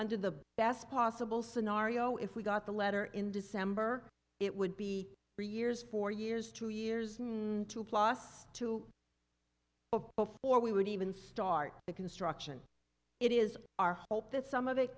under the best possible scenario if we got the letter in december it would be three years four years two years two plus two before we would even start the construction it is our hope that some of it